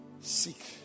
Seek